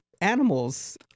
animals